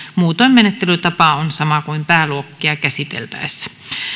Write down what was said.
muutoin menettelytapa on sama kuin pääluokkia käsiteltäessä